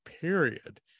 period